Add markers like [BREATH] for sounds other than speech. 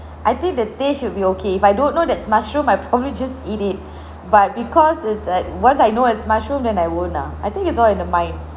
I think the taste should be okay if I don't know that's mushroom I probably just eat it [BREATH] but because it's uh once I know it's mushroom then I won't ah I think it's all in the mind